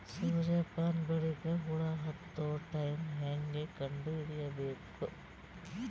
ಸೂರ್ಯ ಪಾನ ಬೆಳಿಗ ಹುಳ ಹತ್ತೊ ಟೈಮ ಹೇಂಗ ಕಂಡ ಹಿಡಿಯಬೇಕು?